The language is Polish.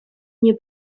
nie